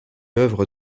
œuvre